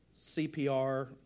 CPR